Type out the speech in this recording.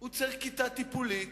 הוא צריך כיתה טיפולית,